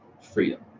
freedom